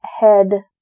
head